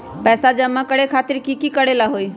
पैसा जमा करे खातीर की करेला होई?